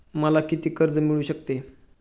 मला किती कर्ज मिळू शकते?